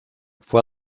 fue